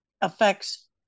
affects